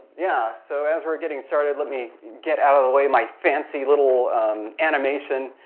yeah so as we're getting started, let me get out of the way my fancy little animation.